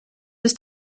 ist